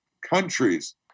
countries